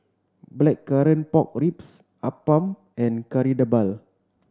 Blackcurrant Pork Ribs appam and Kari Debal